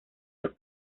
los